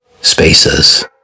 spaces